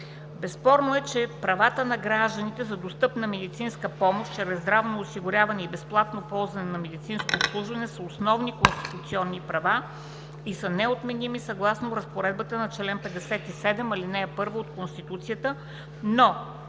Безспорно е, че правата на гражданите за достъпна медицинска помощ чрез здравно осигуряване и безплатно ползване на медицинско обслужване са основни конституционни права и са неотменими съгласно разпоредбата на чл. 57, ал. 1 от Конституцията. Но